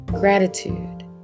Gratitude